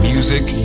Music